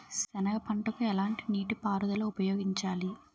సెనగ పంటకు ఎలాంటి నీటిపారుదల ఉపయోగించాలి?